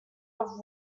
have